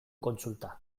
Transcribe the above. kontsulta